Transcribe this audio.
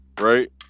right